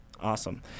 awesome